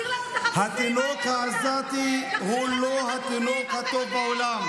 התינוק העזתי הוא לא התינוק הטוב בעולם,